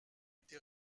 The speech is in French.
été